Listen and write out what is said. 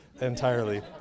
entirely